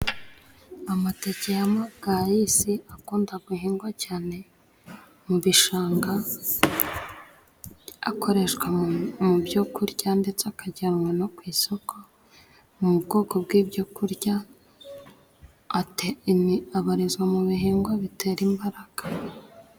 Amateke ya mabwayisi akunda guhingwa cyane mu bishanga, akoreshwa mu byo kurya ndetse akajyanwa no ku isoko. Mu bwoko bw'ibyo kurya abarizwa mu bihingwa bitera imbaraga.